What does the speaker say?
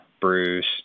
Bruce